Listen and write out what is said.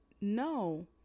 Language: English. no